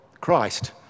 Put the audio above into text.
Christ